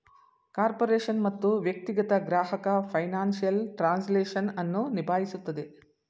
corporation ಮತ್ತು ವ್ಯಕ್ತಿಗತ ಗ್ರಾಹಕ ಫೈನಾನ್ಸಿಯಲ್ ಟ್ರಾನ್ಸ್ಲೇಷನ್ ಅನ್ನು ನಿಭಾಯಿಸುತ್ತದೆ